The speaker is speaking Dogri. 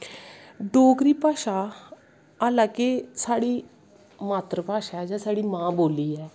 डोगरी भाशा हालांकि साढ़ी मात्तर भाशा ऐ जां साढ़ी मां बोल्ली ऐ